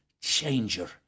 changer